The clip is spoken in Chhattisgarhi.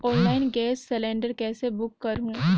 ऑनलाइन गैस सिलेंडर कइसे बुक करहु?